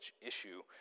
issue